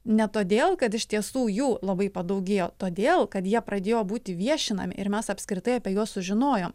ne todėl kad iš tiesų jų labai padaugėjo todėl kad jie pradėjo būti viešinami ir mes apskritai apie juos sužinojom